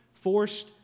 forced